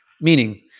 meaning